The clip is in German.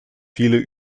viele